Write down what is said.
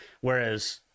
Whereas